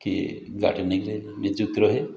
କିଏ ଗାର୍ଡ଼େନିଙ୍ଗରେ ନିଯୁକ୍ତି ରୁହେ